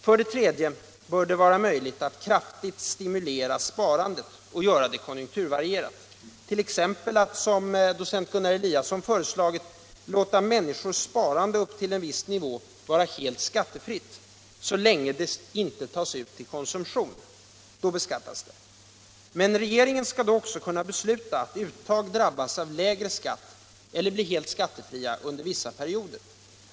För det tredje bör det vara möjligt att kraftigt stimulera sparandet och göra det konjunkturvarierat, t.ex. genom att — som docent Gunnar Eliasson föreslagit — låta människors sparande upp till en viss nivå vara helt skattefritt, så länge det inte tas ut till konsumtion. Då skall det beskattas. Men regeringen skall i så fall kunna besluta att uttag drabbas av lägre skatt eller blir helt skattefria under vissa perioder.